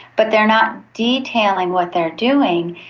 but they are not detailing what they are doing,